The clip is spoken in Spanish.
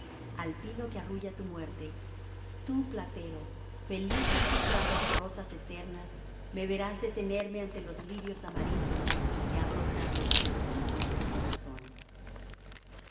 al pino que arrulla tu muerte tú platero feliz en tu prado de rosas eternas me verás detenerme ante los lirios amarillos que ha brotado tu descompuesto corazón i